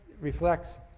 reflects